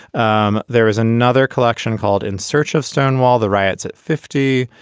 um there is another collection called in search of stonewall the riots at fifty,